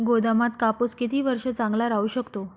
गोदामात कापूस किती वर्ष चांगला राहू शकतो?